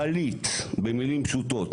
פליט במילים פשוטות.